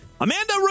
Amanda